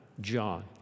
John